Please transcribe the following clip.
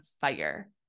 fire